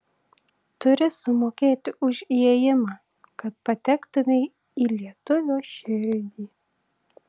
turi sumokėti už įėjimą kad patektumei į lietuvio širdį